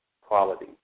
quality